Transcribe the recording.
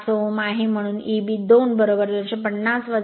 5Ω आहे म्हणून Eb 2 250 0